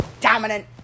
Dominant